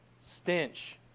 stench